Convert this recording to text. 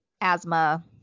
asthma